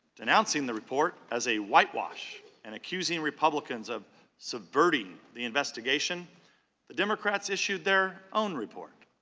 denouncing the report as a whitewash and accusing republicans of so diverting the investigation the democrats issued their own report.